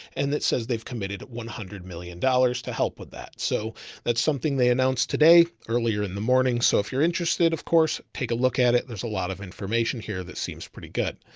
and that says they've committed one hundred million dollars to help with that. so that's something they announced today earlier in the morning. so if you're interested, of course, take a look at it. and there's a lot of information here that seems pretty good.